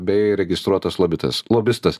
bei registruotas lobitas lobistas